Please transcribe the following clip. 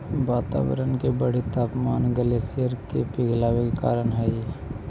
वातावरण के बढ़ित तापमान ग्लेशियर के पिघले के कारण हई